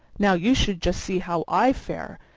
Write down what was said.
now, you should just see how i fare!